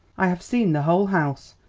i have seen the whole house,